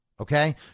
Okay